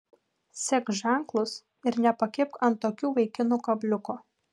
sek ženklus ir nepakibk ant tokių vaikinų kabliuko